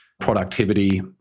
productivity